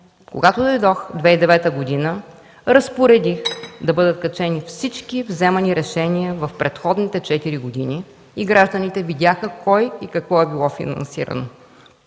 Когато дойдох през 2009 г., разпоредих да бъдат качени всички вземани решения за предходните четири години и гражданите видяха кой и какво е било финансирано.